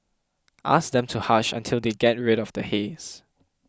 ask them to hush until they get rid of the haze